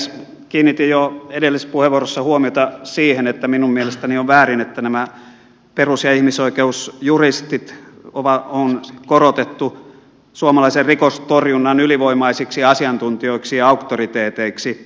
kiinnitin jo edellisessä puheenvuorossa huomiota siihen että minun mielestäni on väärin että nämä perus ja ihmisoikeusjuristit on korotettu suomalaisen rikostorjunnan ylivoimaisiksi asiantuntijoiksi ja auktoriteeteiksi